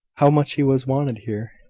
how much he was wanted here.